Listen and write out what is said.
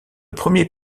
premier